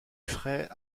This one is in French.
frais